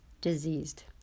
diseased